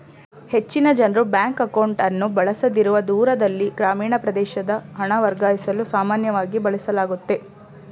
ಹೆಚ್ಚಿನ ಜನ್ರು ಬ್ಯಾಂಕ್ ಅಕೌಂಟ್ಅನ್ನು ಬಳಸದಿರುವ ದೂರದಲ್ಲಿ ಗ್ರಾಮೀಣ ಪ್ರದೇಶದ ಹಣ ವರ್ಗಾಯಿಸಲು ಸಾಮಾನ್ಯವಾಗಿ ಬಳಸಲಾಗುತ್ತೆ